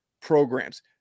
programs